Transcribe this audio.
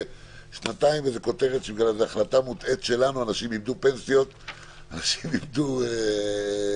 שנתיים תהיה איזו כותרת שבגלל החלטה מוטעית שלנו אנשים איבדו פנסיות,